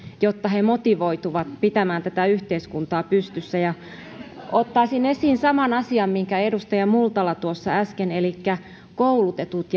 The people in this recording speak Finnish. jotta he motivoituvat pitämään tätä yhteiskuntaa pystyssä ottaisin esiin saman asian minkä edustaja multala tuossa äsken elikkä koulutetut